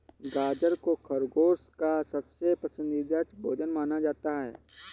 गाजर को खरगोश का सबसे पसन्दीदा भोजन माना जाता है